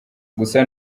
gusa